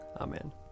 Amen